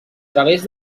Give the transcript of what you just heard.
través